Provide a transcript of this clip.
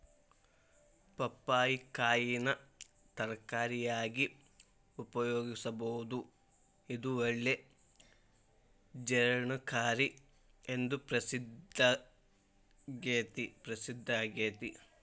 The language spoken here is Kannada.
ಪಪ್ಪಾಯಿ ಕಾಯಿನ ತರಕಾರಿಯಾಗಿ ಉಪಯೋಗಿಸಬೋದು, ಇದು ಒಳ್ಳೆ ಜೇರ್ಣಕಾರಿ ಎಂದು ಪ್ರಸಿದ್ದಾಗೇತಿ